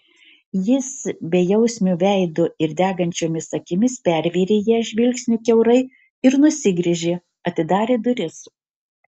jis bejausmiu veidu ir degančiomis akimis pervėrė ją žvilgsniu kiaurai ir nusigręžė atidarė duris